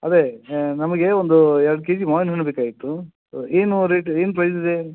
ಅದೇ ನಮಗೆ ಒಂದು ಎರಡು ಕೆಜಿ ಮಾವಿನ ಹಣ್ಣು ಬೇಕಾಗಿತ್ತು ಏನು ರೇಟ್ ಏನು ಪ್ರೈಸ್ ಇದೆ